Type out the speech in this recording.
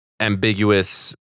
Ambiguous